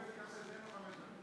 הוא עובד קשה, תן לו חמש דקות.